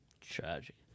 Tragic